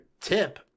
Tip